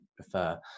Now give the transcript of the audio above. prefer